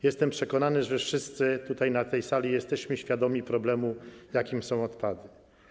Jestem przekonany, że wszyscy na tej sali jesteśmy świadomi problemu, jakim są odpady.